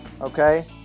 Okay